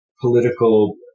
political